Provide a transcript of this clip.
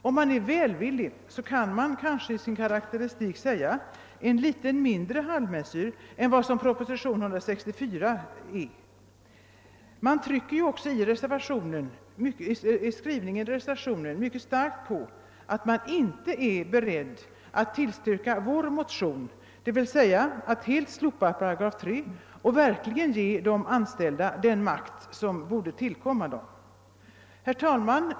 Om man är välvillig kan man kanske i sin karakteristik säga att det är en litet mindre halvmesyr än propositionen 164. Man trycker också i reservationens skrivning mycket starkt på att man inte är beredd att tillstyrka vår motion, dvs. att helt slopa 3 § och verkligen ge de anställda den makt som borde tillkomma dem. Herr talman!